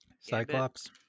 Cyclops